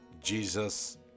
Jesus